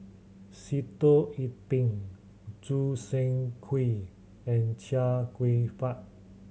Sitoh Yih Pin Choo Seng Quee and Chia Kwek Fah